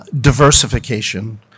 diversification